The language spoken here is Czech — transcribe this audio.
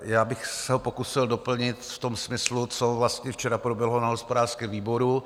Já bych se ho pokusil doplnit v tom smyslu, co vlastně včera proběhlo na hospodářském výboru.